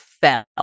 fell